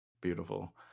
beautiful